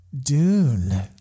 Dune